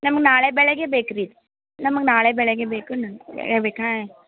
ನಮ್ಗೆ ನಾಳೆ ಬೆಳಗ್ಗೆ ಬೇಕು ರೀ ನಮ್ಗೆ ನಾಳೆ ಬೆಳಗ್ಗೆ ಬೇಕು